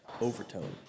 overtone